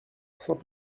saint